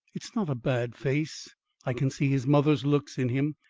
it's not a bad face i can see his mother's looks in him.